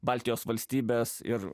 baltijos valstybes ir